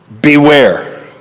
beware